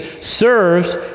serves